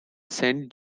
saint